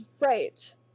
Right